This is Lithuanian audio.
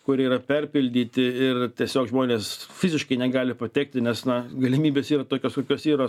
kurie yra perpildyti ir tiesiog žmonės fiziškai negali patekti nes na galimybės yra tokios kokios yra